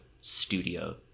studio